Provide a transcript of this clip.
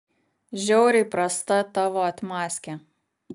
žiauriai prasta tavo atmazkė